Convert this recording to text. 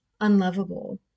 unlovable